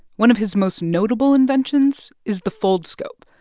one of his most notable inventions is the foldscope,